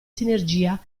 sinergia